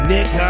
Nick